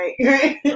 right